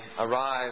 arrive